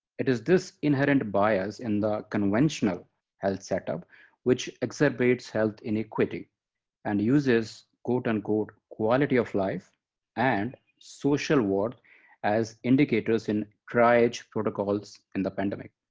it is this inherent bias in the conventional health setup which exacerbates health iniquity and uses quote unquote quality of life and social worth as indicators in triage protocols in the pandemic.